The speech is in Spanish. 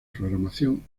programación